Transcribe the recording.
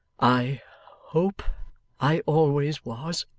i hope i always was.